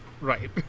Right